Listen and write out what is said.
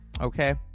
Okay